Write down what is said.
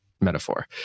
metaphor